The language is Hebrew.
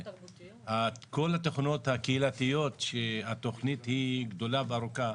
כל התוכניות הקהילתיות שהתוכנית היא גדולה וארוכה,